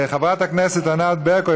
חברת הכנסת ענת ברקו,